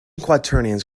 quaternions